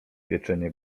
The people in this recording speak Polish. pieczenie